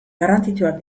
garrantzitsuak